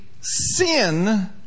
sin